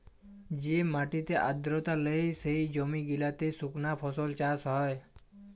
যে মাটিতে আদ্রতা লেই, সে জমি গিলাতে সুকনা ফসল চাষ হ্যয়